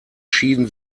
schieden